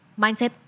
Mindset